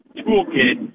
toolkit